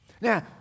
Now